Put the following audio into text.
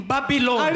Babylon